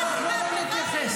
למדתי מהטובה ביותר.